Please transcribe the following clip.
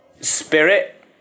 spirit